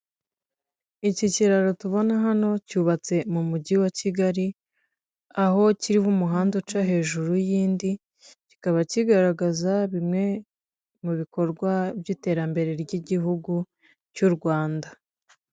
Iki kiraro tubona hano cyubatse mu mujyi wa Kigali, aho kiriho umuhanda uca hejuru y'indi, kikaba kigaragaza bimwe mu bikorwa by'iterambere ry'igihugu cy'u Rwanda.